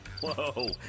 Whoa